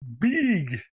Big